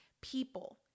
people